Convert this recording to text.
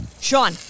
Sean